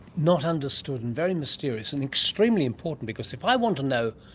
not understood and very mysterious, and extremely important because if i want to know